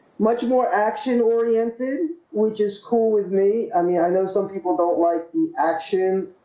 much more action-oriented which is cool with me. i mean, i know some people don't like the action